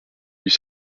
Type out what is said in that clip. huit